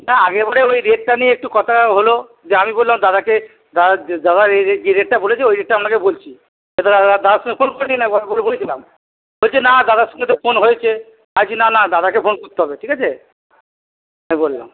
না আগেরবারে ওই রেটটা নিয়ে একটু কথা হল যে আমি বললাম দাদাকে দাদা যে রেটটা বলেছে ওই রেটটা আপনাকে বলছি দাদার সঙ্গে ফোন করে নিন একবার বলে বলেছিলাম বলছে না দাদার সঙ্গে তো ফোন হয়েছে আমি বলছি না না দাদাকে ফোন করতে হবে ঠিক আছে আমি বললাম